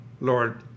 Lord